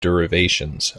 derivations